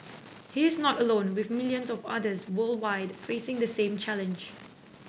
he is not alone with millions of others worldwide facing the same challenge